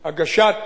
הנחת